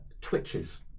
twitches